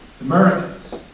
Americans